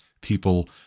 people